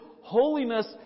holiness